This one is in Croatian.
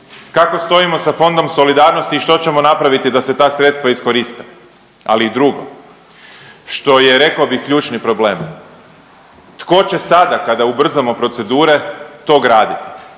Kako stojimo sa Fondom solidarnosti i što ćemo napraviti da se ta sredstva iskoriste? Ali i drugo što je rekao bih ključni problem. Tko će sada kada ubrzamo procedure to graditi